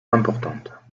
importantes